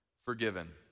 forgiven